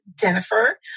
Jennifer